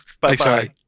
Bye-bye